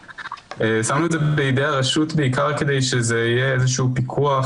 שמנו את זה בידי הרשות בעיקר כדי שזה יהיה איזה שהוא פיקוח